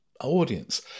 audience